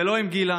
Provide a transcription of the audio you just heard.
ולא עם גילה,